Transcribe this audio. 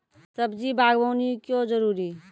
सब्जी बागवानी क्यो जरूरी?